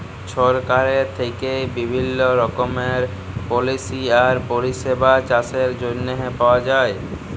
সরকারের থ্যাইকে বিভিল্ল্য রকমের পলিসি আর পরিষেবা চাষের জ্যনহে পাউয়া যায়